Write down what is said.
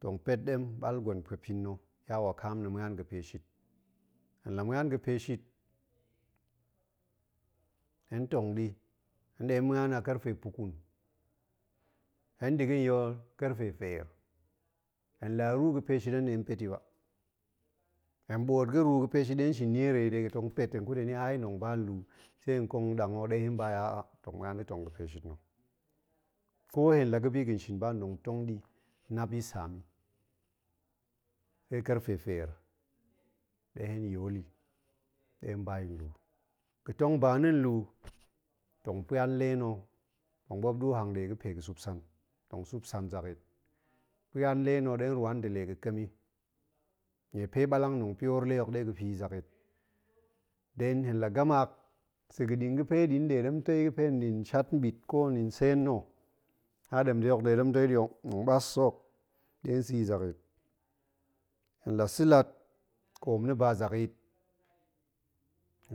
Tong pet ɗem ɓal gwen puepin na̱, ya wakam ma̱an ga̱pe shit. la ma̱an ga̱pe shit, hen tong ɗi, hen ɗe ma̱an a karfe pa̱ƙun, hen da̱ ga̱n yool, karfe feer. la ruu ga̱ pe shit hen ɗe pet i ba. hen ɓoot ga̱ ruu ga̱pe shit ɗe nshin niere i de ga̱tong pet tong kut heni i tong ba nluu se nkong ndang o ɗe hen ba i tong ma̱an da̱ tong ga̱pe shit na̱. ko la ga̱ bi ga̱n shin ba tong tong ɗi nap yitsam i se karfe feer ɗe hen yool i, ɗe hen ba yi nluu. ga̱ tong ba na̱ nlu, tong pa̱an le na̱, tong ɓuop ɗuu hangɗe ga̱ pe ga̱ sup san, tong sup san zakyit, pa̱an le na̱ ɗe rwan nde ga̱ ƙem i, nie pe ɓalang, tong pioor le hok ɗe ga̱ fii i zakyit, ɗe hen la gama, sa̱ ga̱ ɗin ga̱ fe ɗin ɗe ga̱ fe hen ɗin shat nɓit, ko nɗin seen na̱, na ɗemde hok nɗe ɗemtei ɗi o, tong ɓas sa̱ hok ɗe hen sa̱ zakyit. hen la sa̱ lat, koom na̱ ba zakyit,